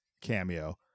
cameo